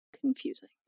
confusing